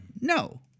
No